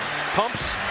Pumps